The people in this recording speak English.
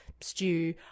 stew